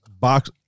box